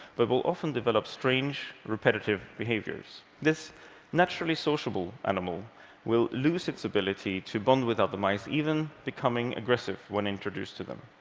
but it will often develop strange, repetitive behaviors. this naturally sociable animal will lose its ability to bond with other mice, even becoming aggressive when introduced to them.